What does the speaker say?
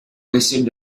wasted